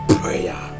prayer